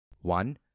One